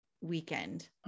weekend